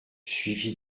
suivi